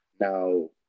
now